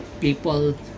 People